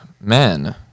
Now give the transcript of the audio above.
men